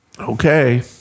Okay